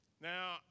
Now